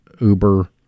uber